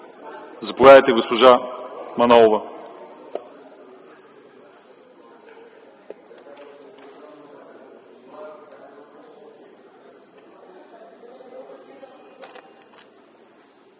Заповядайте, госпожо Манолова.